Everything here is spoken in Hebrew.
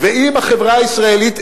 ואם החברה הישראלית,